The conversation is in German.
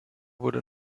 wurde